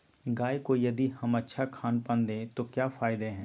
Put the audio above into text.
गाय को यदि हम अच्छा खानपान दें तो क्या फायदे हैं?